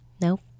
Nope